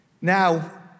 Now